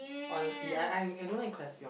honestly I I I don't like Crestvion